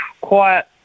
quiet